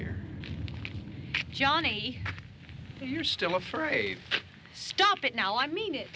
here johnny you're still afraid stop it now i mean it